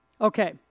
Okay